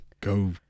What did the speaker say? Go